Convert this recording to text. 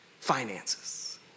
finances